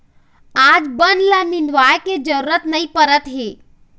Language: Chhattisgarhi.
आज बन ल निंदवाए के जरूरत नइ परत हे